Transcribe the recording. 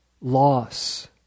loss